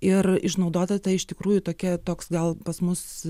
ir išnaudota ta iš tikrųjų tokia toks gal pas mus